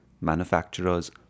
manufacturers